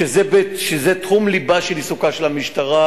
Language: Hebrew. שזה תחום ליבה בעיסוקה של המשטרה,